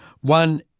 One